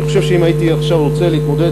אני חושב שאם הייתי עכשיו רוצה להתמודד